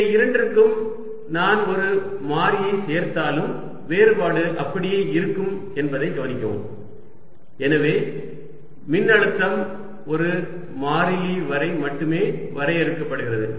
இந்த இரண்டிற்கும் நான் ஒரு மாறியைச் சேர்த்தாலும் வேறுபாடு அப்படியே இருக்கும் என்பதை கவனிக்கவும் எனவே மின்னழுத்தம் ஒரு மாறிலி வரை மட்டுமே வரையறுக்கப்படுகிறது